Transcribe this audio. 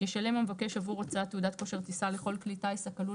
ישלם המבקש עבור הוצאת תעודת כושר טיסה לכל כלי טיס הכלול